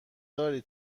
داری